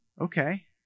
Okay